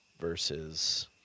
versus